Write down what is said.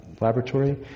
laboratory